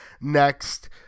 next